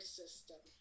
system